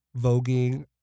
voguing